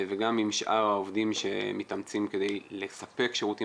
וגם עם שאר העובדים שמתאמצים כדי לספק שירותים